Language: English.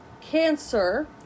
cancer